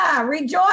rejoice